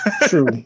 True